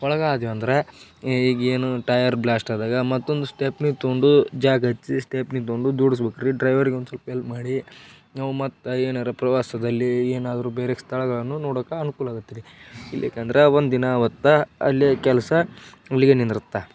ಒಳಗಾದೀವಿ ಅಂದರೆ ಈಗ ಏನು ಟಯರ್ ಬ್ಲಾಸ್ಟಾದಾಗ ಮತ್ತೊಂದು ಸ್ಟೆಪ್ನಿ ತೊಗೊಂಡು ಸ್ಟೆಪ್ನಿ ತೊಗೊಂಡು ದೂಡಿಸ್ಬೇಕ್ ರೀ ಡ್ರೈವರಿಗೊಂದು ಸ್ವಲ್ಪ ಹೆಲ್ಪ್ ಮಾಡಿ ನಾವು ಮತ್ತೆ ಏನಾರೂ ಪ್ರವಾಸದಲ್ಲಿ ಏನಾದ್ರೂ ಬೇರೆ ಸ್ಥಳಗಳನ್ನು ನೋಡಕ್ಕೆ ಅನ್ಕೂಲಾಗತ್ತೆ ರೀ ಇಲ್ಲಿಕಂದ್ರೆ ಒಂದು ದಿನ ಅವತ್ತು ಅಲ್ಲೇ ಕೆಲಸ ಅಲ್ಲಿಗೇ ನಿಂದ್ರತ್ತೆ